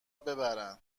ببرن